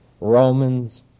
Romans